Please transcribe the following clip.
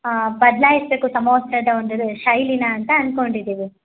ಆಂ ಬದ್ಲಾಯಿಸ್ಬೇಕು ಸಮವಸ್ತ್ರದ ಒಂದು ಶೈಲಿನ ಅಂತ ಅನ್ಕೊಂಡಿದ್ದೀವಿ